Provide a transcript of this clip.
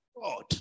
God